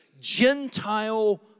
Gentile